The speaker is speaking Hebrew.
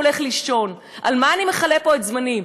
הולך לישון: על מה אני מכלה פה את זמני?